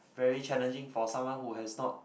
very challenging for someone who has not